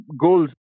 goals